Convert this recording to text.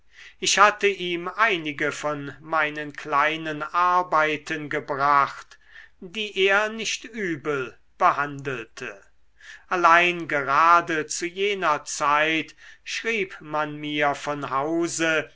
ich hatte ihm einige von meinen kleinen arbeiten gebracht die er nicht übel behandelte allein gerade zu jener zeit schrieb man mir von hause